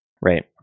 Right